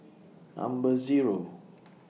Number Zero